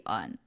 on